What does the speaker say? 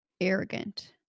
arrogant